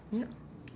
n~